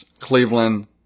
Cleveland